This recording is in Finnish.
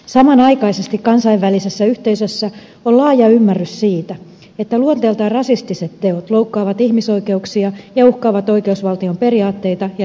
samanaikaisesti kansainvälisessä yhteisössä on laaja ymmärrys siitä että luonteeltaan rasistiset teot loukkaavat ihmisoikeuksia ja uhkaavat oikeusvaltion periaatteita ja demokratian vakautta